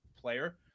player